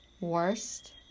Worst